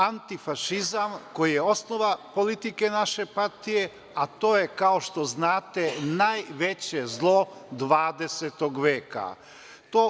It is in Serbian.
Antifašizam koji je osnova politike naše partije, a to je, kao što znate, najveće zlo 20. veka.